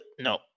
No